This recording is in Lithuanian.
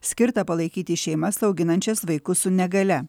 skirtą palaikyti šeimas auginančias vaikus su negalia